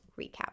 recap